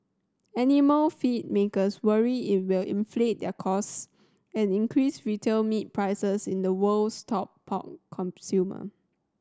animal feed makers worry it will inflate their costs and increase retail meat prices in the world's top pork consumer